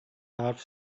حرف